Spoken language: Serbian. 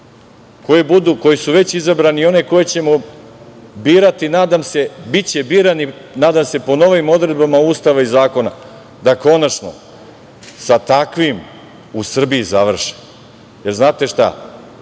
koji su već izabrani i one koje ćemo birati, nadam se, biće birani po novim odredbama Ustava i zakona, da konačno sa takvim u Srbiji završe. Znate šta,